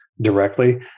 directly